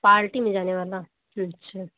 party में जाने वाला अच्छा